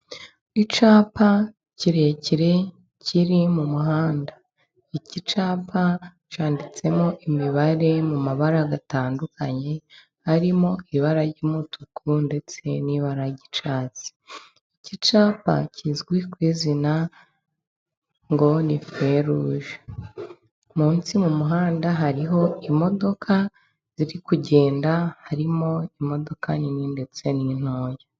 Icyapa kirekire kiri mu muhanda, iki cyapa cyanditsemo imibare mu mabara atandukanye, harimo ibara ry'umutuku ndetse n'ibara ry'icyatsi, iki cyapa kizwi ku izina ngoni feruge, munsi mu muhanda hariho imodoka ziri kugenda, harimo imodoka nini ndetse n'intoya.